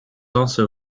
also